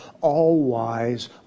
all-wise